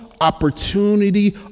opportunity